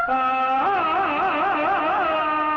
ah?